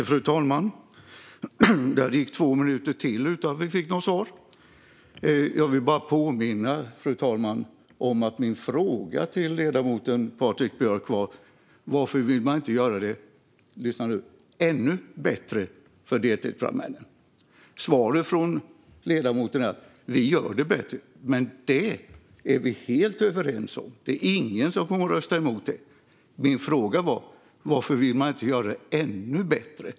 Fru talman! Det gick två minuter till utan att vi fick något svar. Jag vill, fru talman, bara påminna om att min fråga till ledamoten Patrik Björck var varför man inte vill göra det - lyssna nu! - ännu bättre för deltidsbrandmännen. Svaret från ledamoten är: Vi gör det bättre. Men det är vi helt överens om. Det är ingen som kommer att rösta emot det. Min fråga var: Varför vill man inte göra det ännu bättre?